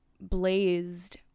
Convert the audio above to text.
blazed